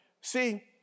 See